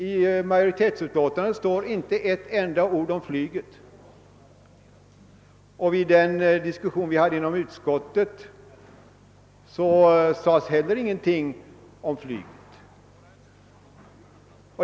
I majoritetsutlåtandet står inte ett enda ord om flyget. Vid den diskussion vi hade inom utskottet sades heller ingenting om flyget.